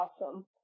awesome